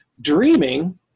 Dreaming